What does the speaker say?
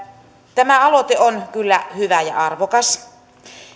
tämä aloite on kyllä hyvä ja arvokas